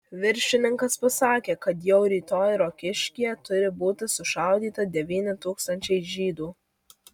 viršininkas pasakė kad jau rytoj rokiškyje turi būti sušaudyta devyni tūkstančiai žydų